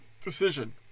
decision